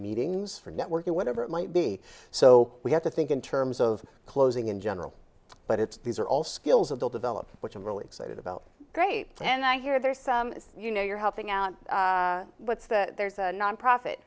meetings for networking or whatever it might be so we have to think in terms of closing in general but it's these are all skills of they'll develop which i'm really excited about great and i hear there's you know you're helping out what's that there's a nonprofit